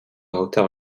hotel